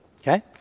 okay